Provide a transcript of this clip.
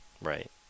Right